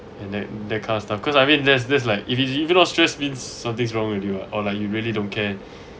and that the kind of stuff cause I mean there's there's like if he's even not stressed means something's wrong with you or like you really don't care